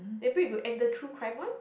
maybe it got enter through crime one